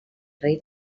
rei